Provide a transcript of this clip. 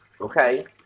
okay